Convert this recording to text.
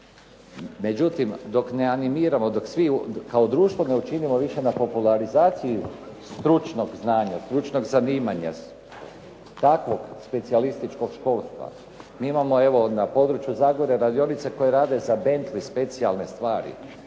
Međutim, dok ne animiramo, dok svi kao društvo ne učinimo više na popularizaciji stručnog znanja, stručnog zanimanja, takvog specijalističkog školstva. Mi imamo evo, na područje Zagore radionice koje rade za Bentley specijalne stvari.